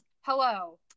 hello